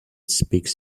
speaks